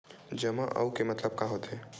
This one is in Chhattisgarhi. जमा आऊ के मतलब का होथे?